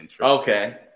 Okay